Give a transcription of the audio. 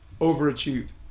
overachieved